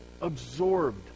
absorbed